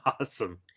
Awesome